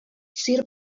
sir